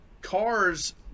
cars